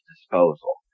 disposal